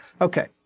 Okay